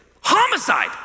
Homicide